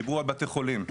דיברו על בתי חולים.